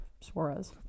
Suarez